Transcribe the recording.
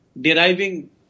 deriving